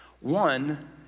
One